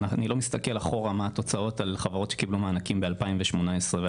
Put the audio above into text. אני לא מסתכל אחורה על חברות שקיבלו מענקים ב- 2019 ו-2018.